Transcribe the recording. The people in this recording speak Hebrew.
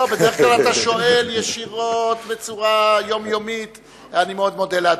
כל החברים המבקשים להשתתף, נא להצביע.